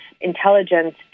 intelligence